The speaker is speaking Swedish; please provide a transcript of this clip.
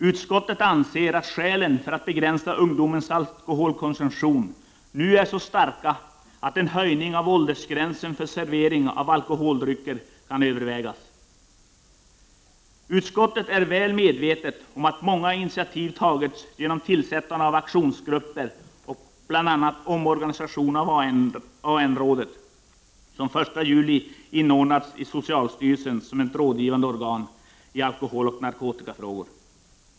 Utskottet anser att skälen för att begränsa ungdomens alkoholkonsumtion nu är så starka att en höjning av åldersgränsen för servering av alkoholdrycker kan övervägas. Utskottet är väl medvetet om att många initiativ tagits genom tillsättandet av aktionsgrupper och bl.a. omorganisation av AN-rådet, som den 1 juli inordnats i socialstyrelsen som ett rådgivande organ i alkoholoch narkotikafrågor.